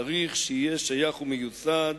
צריך שיהיה שייך ומיוסד